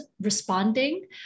responding